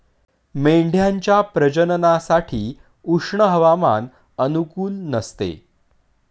मेंढ्यांच्या प्रजननासाठी उष्ण हवामान अनुकूल नसते